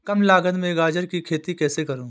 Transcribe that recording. कम लागत में गाजर की खेती कैसे करूँ?